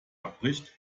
abbricht